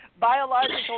Biological